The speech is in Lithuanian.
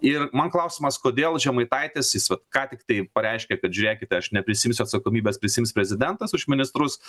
ir man klausimas kodėl žemaitaitis jis vat ką tiktai pareiškė kad žiūrėkite aš ne prisiimsiu atsakomybės prisiims prezidentas už ministrus